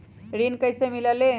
ऋण कईसे मिलल ले?